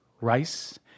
Rice